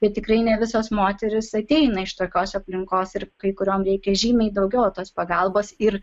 bet tikrai ne visos moterys ateina iš tokios aplinkos ir kai kuriom reikia žymiai daugiau tos pagalbos ir